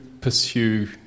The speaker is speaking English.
pursue